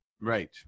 Right